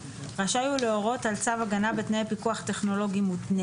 רשאי הוא להורות על צו הגנה בתנאי פיקוח טכנולוגי מותנה